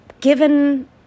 Given